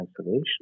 isolation